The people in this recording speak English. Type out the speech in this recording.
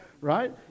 right